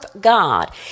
God